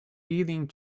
eating